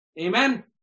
Amen